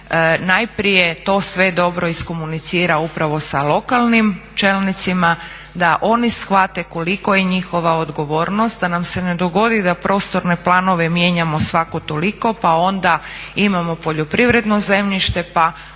najprije to sve dobro iskomunicira upravo sa lokalnim čelnicima, da oni shvate koliko je njihova odgovornost, da nam se ne dogodi da prostorne planove mijenjamo svako toliko, pa onda imamo poljoprivredno zemljište, pa